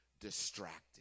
distracted